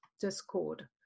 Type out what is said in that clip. discord